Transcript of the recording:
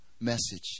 message